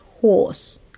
horse